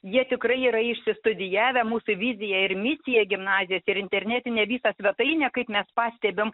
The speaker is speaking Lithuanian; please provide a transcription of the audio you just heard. jie tikrai yra išsistudijavę mūsų viziją ir misiją gimnazijos ir internetinę visą svetainę kaip mes pastebim